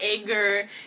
anger